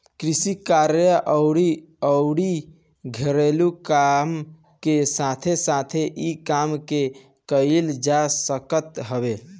कृषि कार्य अउरी अउरी घरेलू काम के साथे साथे इ काम के कईल जा सकत हवे